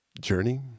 journey